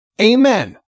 Amen